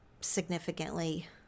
significantly